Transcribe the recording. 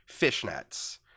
fishnets